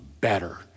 better